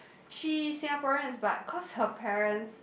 she Singaporeans but cause her parents